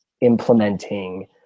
implementing